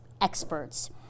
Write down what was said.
experts